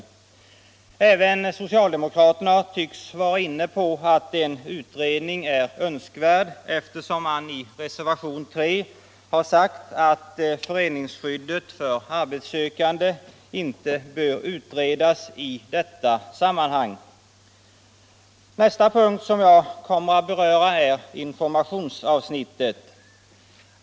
Även socialdemokraterna tycks ha varit inne på tanken att en utredning är önskvärd, eftersom de i reservationen 3 har sagt att föreningsskyddet för arbetssökande inte bör utredas i detta sammanhang. Nästa punkt som jag kommer att beröra är informationsavsnittet.